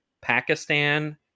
Pakistan